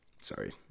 Sorry